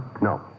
No